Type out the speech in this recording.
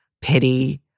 pity